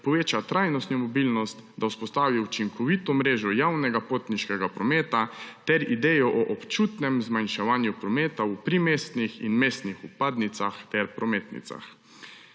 poveča trajnostno mobilnost, da vzpostavi učinkovito mrežo javnega potniškega prometa, ter ideje o občutnem zmanjševanju prometa na primestnih in mestnih vpadnicah ter prometnicah.